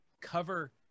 cover